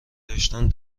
داشتن